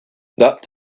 that